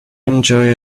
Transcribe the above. enjoy